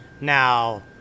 Now